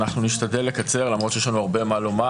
אנחנו נשתדל לקצר למרות שיש לנו הרבה מה לומר.